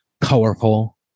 colorful